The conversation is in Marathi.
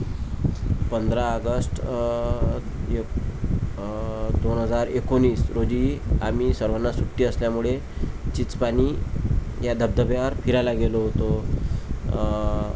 पंधरा अगस्त एक दोन हजार एकोणीस रोजी आम्ही सर्वांना सुट्टी असल्यामुळे चिचपानी या धबधब्यावर फिरायला गेलो होतो